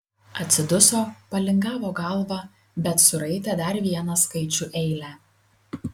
atsiduso palingavo galvą bet suraitė dar vieną skaičių eilę